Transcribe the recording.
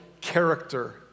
character